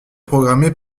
programmé